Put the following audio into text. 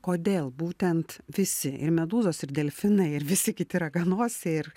kodėl būtent visi ir medūzos ir delfinai ir visi kiti raganosiai ir